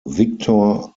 victor